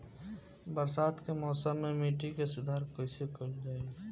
बरसात के मौसम में मिट्टी के सुधार कइसे कइल जाई?